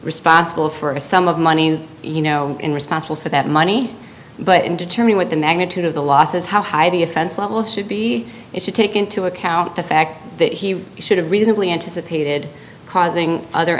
responsible for a sum of money you know him responsible for that money but in determining what the magnitude of the loss is how high the offense level should be it should take into account the fact that he should have reasonably anticipated causing other